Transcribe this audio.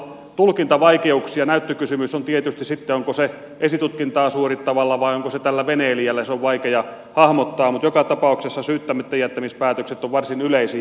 näyttökysymys on tietysti sitten vaikea hahmottaa onko se esitutkintaa suorittavalla vai onko se tällä veneilijällä mutta joka tapauksessa syyttämättäjättämispäätökset ovat varsin yleisiä